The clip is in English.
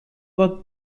the